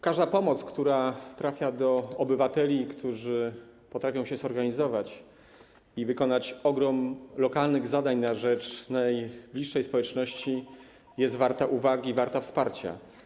Każda pomoc, która trafia do obywateli, którzy potrafią się zorganizować i wykonać ogrom lokalnych zadań na rzecz najbliższej społeczności, jest warta uwagi, warta wsparcia.